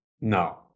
No